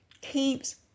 keeps